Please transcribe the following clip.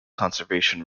conservation